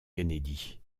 kennedy